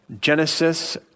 Genesis